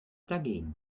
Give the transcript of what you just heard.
dagegen